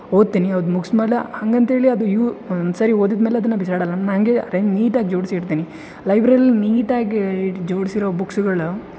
ಓದ್ತೀನಿ ಓದಿ ಮುಗ್ಸಿ ಮೇಲೆ ಹಂಗಂತೇಳಿ ಅದು ಯೂ ಒಂದು ಸರಿ ಓದಿದಮೇಲೆ ಅದನ್ನು ಬಿಸಾಡೋಲ್ಲ ಹಂಗೇಯ ಅರೇ ನೀಟಾಗಿ ಜೋಡ್ಸಿ ಇಡ್ತೀನಿ ಲೈಬ್ರೆರೀಲಿ ನೀಟಾಗೀ ಇಡು ಜೋಡಿಸಿರೋ ಬುಕ್ಸ್ಗಳು